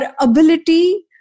ability